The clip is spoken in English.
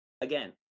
Again